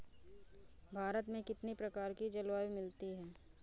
भारत में कितनी प्रकार की जलवायु मिलती है?